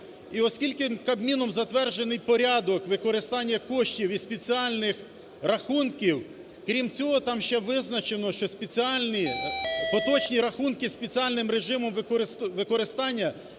оскільки Кабміном затверджений порядок використання коштів і спеціальних рахунків, крім цього, там ще визначено, що спеціальні поточні рахунки зі спеціальним режимом використання